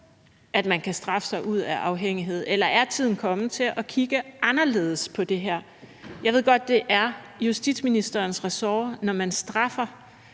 at man kan straffe sig ud af afhængighed. Eller er tiden kommet til at kigge anderledes på det her? Jeg ved godt, at det er justitsministerens ressort, når man straffer,